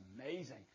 amazing